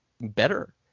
better